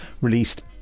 released